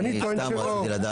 ואני טוען שלא.